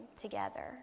together